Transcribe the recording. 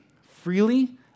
freely